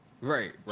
Right